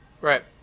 Right